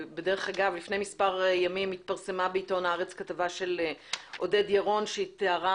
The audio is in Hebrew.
לפני מספר ימים התפרסמה בעיתון "הארץ" כתבה של עודד ירון שתיארה